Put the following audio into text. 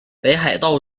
北海道